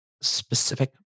specific